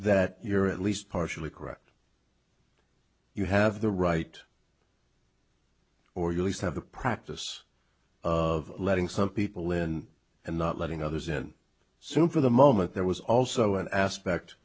that you're at least partially correct you have the right or you least have the practice of letting some people in and not letting others in some for the moment there was also an aspect